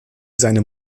seine